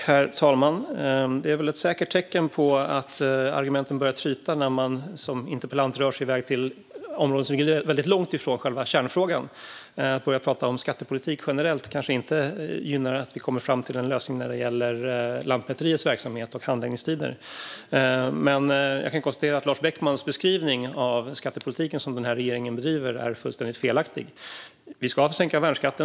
Herr talman! Det är väl ett säkert tecken på att argumenten börjar tryta när man som interpellant rör sig till områden som ligger väldigt långt från själva kärnfrågan. Att börja prata om skattepolitik generellt kanske inte bidrar till att vi kommer fram till en lösning när det gäller Lantmäteriets verksamhet och handläggningstider. Men jag kan konstatera att Lars Beckmans beskrivning av den skattepolitik som denna regering bedriver är fullständigt felaktig. Vi ska sänka värnskatten.